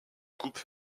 coupe